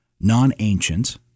non-ancient